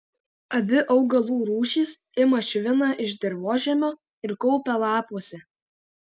abi augalų rūšys ima šviną iš dirvožemio ir kaupia lapuose